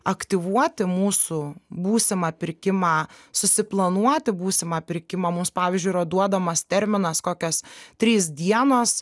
aktyvuoti mūsų būsimą pirkimą susiplanuoti būsimą pirkimą mums pavyzdžiui yra duodamas terminas kokios trys dienos